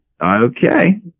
okay